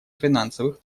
финансовых